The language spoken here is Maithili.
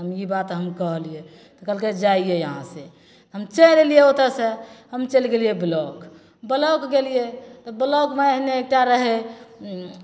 हम ई बात हम कहलिए तऽ कहलकै जाइए यहाँ से हम चलि अएलिए ओतए से हम चलि गेलिए ब्लॉक ब्लॉक गेलिए तऽ ब्लॉकमे एहने एकटा रहै ओ